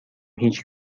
هیچ